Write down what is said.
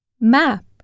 map